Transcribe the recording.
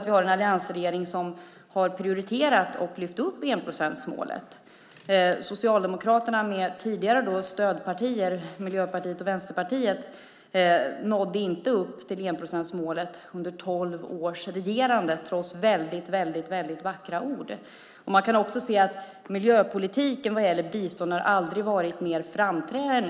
Vi har en alliansregering som har prioriterat och lyft upp enprocentsmålet. Socialdemokraterna med tidigare stödpartier, Miljöpartiet och Vänsterpartiet, nådde inte upp till enprocentsmålet under tolv års regerande trots väldigt vackra ord. Man kan se att miljöpolitiken aldrig har varit mer framträdande än nu när det gäller biståndet.